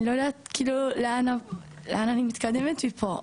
לא יודעת כאילו לאן אני מתקדמת מפה,